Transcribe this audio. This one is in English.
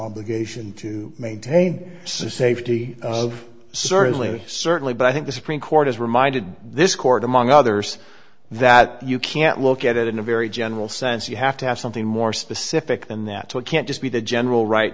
obligation to maintain safety certainly certainly but i think the supreme court has reminded this court among others that you can't look at it in a very general sense you have to have something more specific than that so it can't just be the general right